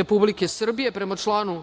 Republike Srbije “.Prema članu